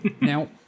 now